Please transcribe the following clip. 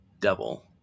devil